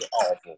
awful